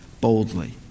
boldly